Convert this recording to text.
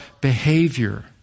behavior